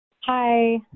Hi